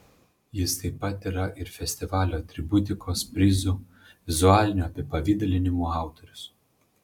jis taip pat yra ir festivalio atributikos prizų vizualinių apipavidalinimų autorius